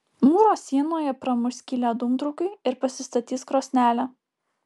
mūro sienoje pramuš skylę dūmtraukiui ir pasistatys krosnelę